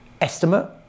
estimate